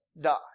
die